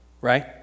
right